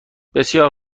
بسیار